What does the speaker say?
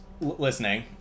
listening